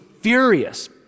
furious